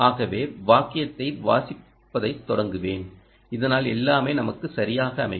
ஆகவே வாக்கியத்தை வாசிப்பதைத் தொடங்குவேன் இதனால் எல்லாமே நமக்கு சரியாக அமையும்